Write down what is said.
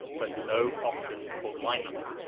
but no options for line number,